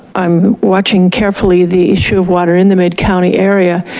i'm watching carefully the issue of water in the mid county area.